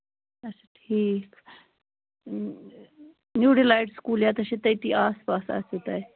اَچھا ٹھیٖک new delight school ییٚتٮ۪تھ چھُ تٔتی آس پاس آسِو تۄہہِ